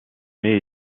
mets